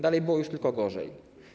Dalej było już tylko gorzej.